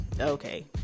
Okay